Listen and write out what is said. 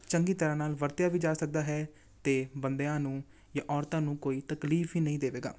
ਚੰਗੀ ਤਰ੍ਹਾਂ ਨਾਲ ਵਰਤਿਆ ਵੀ ਜਾ ਸਕਦਾ ਹੈ ਅਤੇ ਬੰਦਿਆਂ ਨੂੰ ਜਾਂ ਔਰਤਾਂ ਨੂੰ ਕੋਈ ਤਕਲੀਫ ਹੀ ਨਹੀਂ ਦੇਵੇਗਾ